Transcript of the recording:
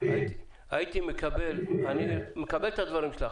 אני מקבל את דברייך,